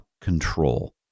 control